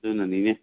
ꯑꯗꯨꯅꯅꯤꯅꯦ